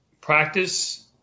practice